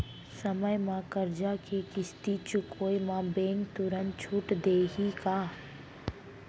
समय म करजा के किस्ती चुकोय म बैंक तुरंत छूट देहि का?